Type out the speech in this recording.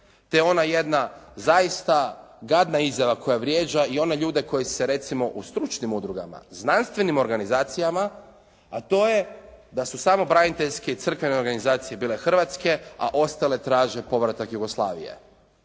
te ona jedna zaista gadna izjava koja vrijeđa i one ljude koji se recimo u stručnim udrugama, znanstvenim organizacijama, a to je da su samo braniteljske i crkvene organizacijske bile Hrvatske, a ostale traže povratak Jugoslavije,